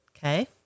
Okay